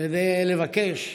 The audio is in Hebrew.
כדי לבקש,